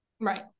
Right